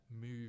move